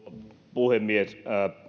puhemies